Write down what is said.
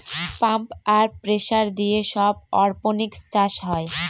pump আর pressure দিয়ে সব অরপনিক্স চাষ হয়